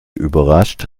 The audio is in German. überrascht